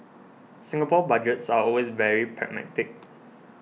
Singapore Budgets are always very pragmatic